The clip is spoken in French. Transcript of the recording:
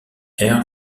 air